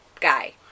guy